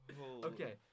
okay